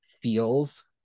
feels